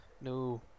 No